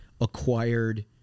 acquired